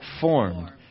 Formed